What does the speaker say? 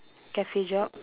cafe job